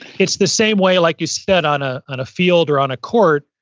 it's the same way, like you said, on ah on a field or on a court,